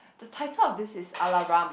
the title of this is Alaram